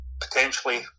potentially